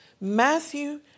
Matthew